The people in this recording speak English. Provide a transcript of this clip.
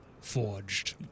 forged